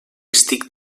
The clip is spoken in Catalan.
estic